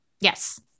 Yes